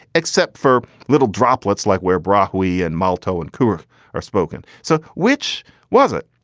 except for little droplets like where bra wh-why and molto and kuhar are spoken. so which was it?